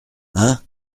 hein